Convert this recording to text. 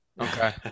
Okay